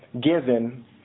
given